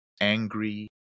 angry